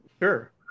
sure